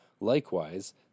Likewise